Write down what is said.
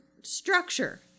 structure